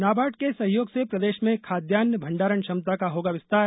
नाबार्ड के सहयोग से प्रदेश में खाद्यान्न भण्डारण क्षमता का होगा विस्तार